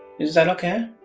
is that okay?